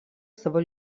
savo